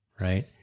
Right